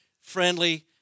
friendly